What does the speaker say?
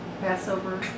Passover